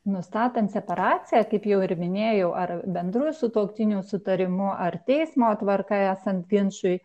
nustatant separaciją kaip jau ir minėjau ar bendru sutuoktinių sutarimu ar teismo tvarka esant ginčui